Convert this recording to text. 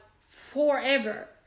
forever